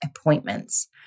appointments